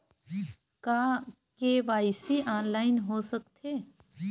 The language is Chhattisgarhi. का के.वाई.सी ऑनलाइन हो सकथे?